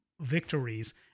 Victories